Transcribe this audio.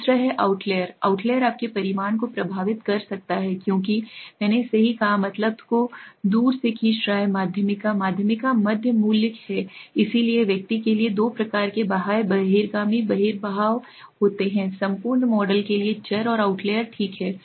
दूसरा है outlier outlier आपके परिणाम को प्रभावित कर सकता है क्योंकि मैंने सही कहा मतलब को दूर से खींच रहा है माध्यिका माध्यिका मध्य मूल्य है इसलिए व्यक्ति के लिए दो प्रकार के बाह्य बहिर्गामी बहिर्वाह होते हैं संपूर्ण मॉडल के लिए चर और आउटलेर ठीक है